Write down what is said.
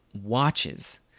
watches